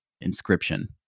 inscription